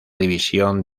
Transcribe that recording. división